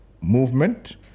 movement